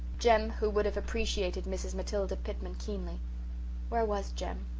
jem who would have appreciated mrs. matilda pitman keenly where was jem?